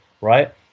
right